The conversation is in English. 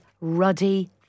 ruddy